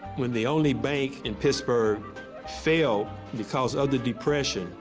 when the only bank in pittsburgh fell because of the depression,